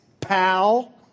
pal